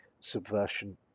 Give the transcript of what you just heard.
subversion